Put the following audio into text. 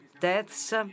deaths